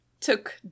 Took